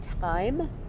time